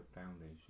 foundation